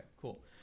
cool